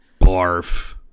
Barf